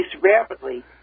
rapidly